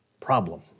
problem